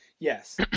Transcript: Yes